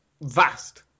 vast